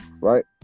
right